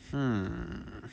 um